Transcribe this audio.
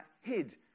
hid